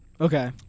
Okay